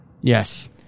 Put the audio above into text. Yes